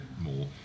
more